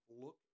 look